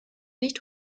nicht